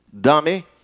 Dummy